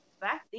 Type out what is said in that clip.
back